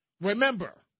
Remember